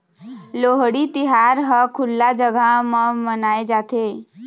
लोहड़ी तिहार ह खुल्ला जघा म मनाए जाथे